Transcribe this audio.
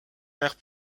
mère